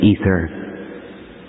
ether